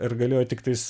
ar galėjo tiktais